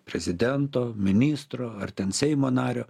prezidento ministro ar ten seimo nario